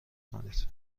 کنید